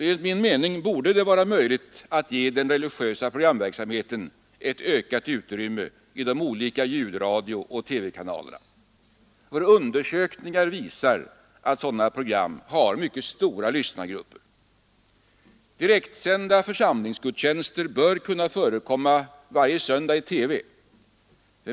Enligt min mening borde det vara möjligt att ge den religiösa programverksamheten ökat utrymme i de olika ljudradiooch TV-kanalerna. Undersökningar visar att sådana program har mycket stora lyssnargrupper. Direktsända församlingsgudstjänster bör kunna förekomma varje söndag i TV.